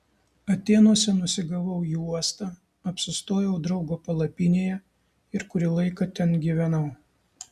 atėnuose nusigavau į uostą apsistojau draugo palapinėje ir kurį laiką ten gyvenau